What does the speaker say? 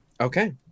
Okay